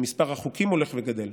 ומספר החוקים הולך וגדל.